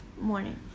morning